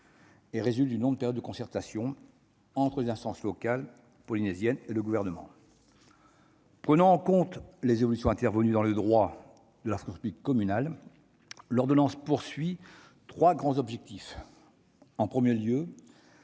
et résulte d'une longue période de concertation entre les instances locales polynésiennes et le Gouvernement. Prenant en compte les évolutions intervenues dans le droit de la fonction publique communale, l'ordonnance vise à atteindre trois grands objectifs. En premier lieu,